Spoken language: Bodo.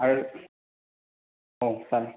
आर औ सार